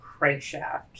Crankshaft